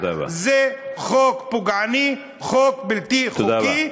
זה חוק פוגעני, חוק בלתי חוקי.